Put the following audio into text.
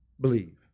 believe